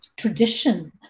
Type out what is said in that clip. tradition